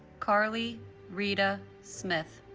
carli rita smith